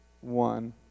one